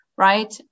right